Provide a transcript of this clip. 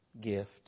gift